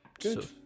Good